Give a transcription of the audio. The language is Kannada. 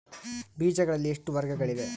ಬೇಜಗಳಲ್ಲಿ ಎಷ್ಟು ವರ್ಗಗಳಿವೆ?